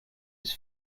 its